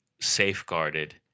safeguarded